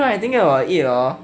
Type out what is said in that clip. right thinking about it hor